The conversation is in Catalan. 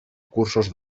cursos